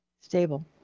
stable